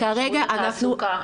שירות התעסוקה?